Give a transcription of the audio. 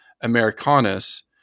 americanus